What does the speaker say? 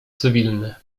cywilny